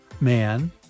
Man